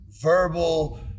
verbal